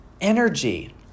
energy